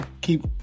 keep